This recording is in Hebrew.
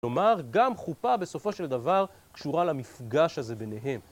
כלומר, גם חופה בסופו של דבר קשורה למפגש הזה ביניהם.